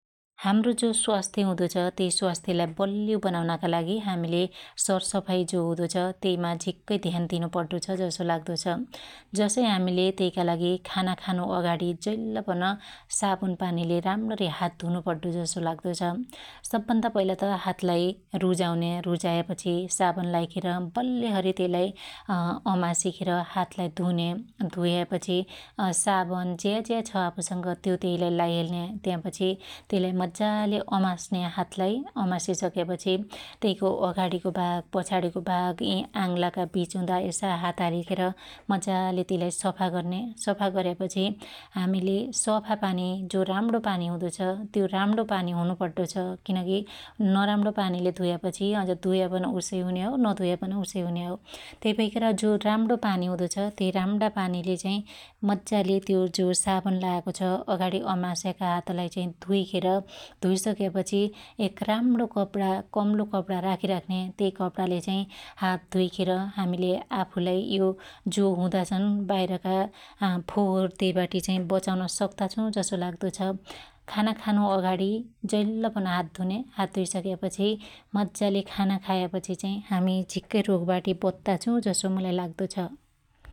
हाम्रो जो स्वास्थ्य हुदो छ त्यई स्वास्थ्यलाई बल्यो बनाउनाका लागि हामिले सरसफाई जो हुदो छ त्यईमा झिक्कै ध्यान दिनु पड्डो छ जसो लाग्दो छ । जसै हामिले त्यइका लागि खानाखानु अगाडी जैल्ल पन साबुन पानीले राम्रणी हात धुनु पड्डो छ जसो लाग्दो छ । सबभन्दा पहिला त हातलाई रुजाउन्या रुजायापछि साबन लाईखेर बल्लेहरी त्यइलाई अअमासिखेर हातलाई धुन्या धुयापछी असाबन ज्याज्या छ आफुसंग त्यो त्यइलाई लाईहेल्न्या त्यापछी त्यइलाई मज्जाले अमासुन्या हातलाई अमासिसक्या पछि त्यइको अघाणीको भाग पछाणीको भाग यि आङलाका बिचउदा यसा हात हालिखेर मजाले त्यइलाई सफा गर्नया सफा गर्यापछि हामिले सफापानी जो राम्णो पानि हुदो छ त्यो राम्णो पानि हुनु पड्डो छ किनकी नराम्णो पानिले धुयापछि अझ धुयापन उसै हुन्या हो नधुया पन उसै हुन्या हो । त्यै भैखेर जो राम्णो पानि हुदो छ त्यई राम्णा पानिले चाइ मज्जाले त्यो जो साबुन लायाको छ अगाणी अमास्याका हातलाई चाइ धुइखेर धुइसक्यापछि एक राम्णो कपणा कम्लो कपणा राखीराख्न्या त्यइ कपणाले चाइ हात धुइखेर हामिले आफुलाई यो जो हुदा छन बाइरका अफोहोर त्याइबाटी चाइ बचाउन सक्ता छौ जसो लाग्दो छ । खाना खानु अगाणी जैल्ल पन हात धुन्या हात धुई सक्यापछि मज्जाले खाना खाया पछी चाइ हामी झिक्कै रोगबाटी बत्ता छु जसो मुलाई लाग्दो छ ।